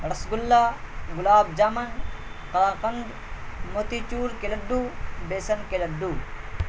رس گلا گلاب جامن قلاقند موتی چور کے لڈو بیسن کے لڈو